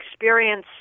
experience